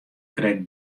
krekt